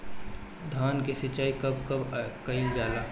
धान के सिचाई कब कब कएल जाला?